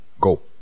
Go